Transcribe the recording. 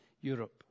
Europe